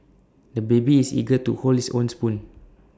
the baby is eager to hold his own spoon